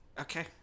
Okay